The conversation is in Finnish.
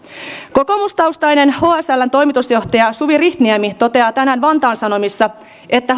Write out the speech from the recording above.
kokoomustaustainen hsln toimitusjohtaja suvi rihtniemi toteaa tänään vantaan sanomissa että